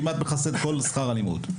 כמעט מכסה את כל שכר הלימוד,